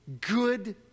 good